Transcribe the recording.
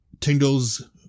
Tingle's